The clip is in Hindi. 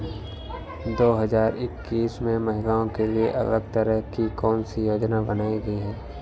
दो हजार इक्कीस में महिलाओं के लिए अलग तरह की कौन सी योजना बनाई गई है?